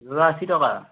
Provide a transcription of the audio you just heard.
যোৰা আশী টকা